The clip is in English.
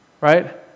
right